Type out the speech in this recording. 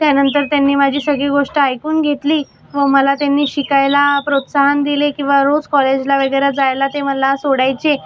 त्यानंतर त्यांनी माझी सगळी गोष्ट ऐकून घेतली व मला त्यांनी शिकायला प्रोत्साहन दिले किंवा रोज कॉलेजला वगैरे जायला ते मला सोडायचे